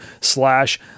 slash